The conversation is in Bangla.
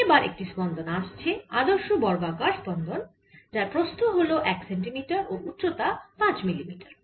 এবার একটি স্পন্দন আসছে আদর্শ বর্গাকার স্পন্দন যার প্রস্থ হল 1 সেন্টিমিটার ও উচ্চতা 5 মিলিমিটার